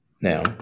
now